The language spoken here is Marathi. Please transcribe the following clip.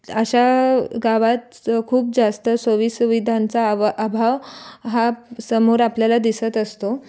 अशा गावात खूप जास्त सोयीसुविधांचा अभा अभाव हा समोर आपल्याला दिसत असतो